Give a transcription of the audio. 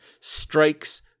strikes